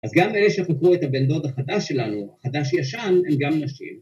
‫אז גם אלה שחקרו את הבן דוד החדש ‫שלנו, החדש-ישן, הם גם נשים.